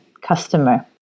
customer